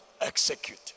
execute